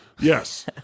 Yes